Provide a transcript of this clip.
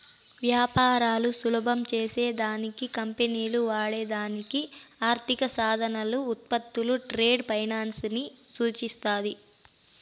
వ్యాపారాలు సులభం చేసే దానికి కంపెనీలు వాడే దానికి ఆర్థిక సాధనాలు, ఉత్పత్తులు ట్రేడ్ ఫైనాన్స్ ని సూచిస్తాది